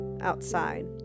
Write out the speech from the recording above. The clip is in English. outside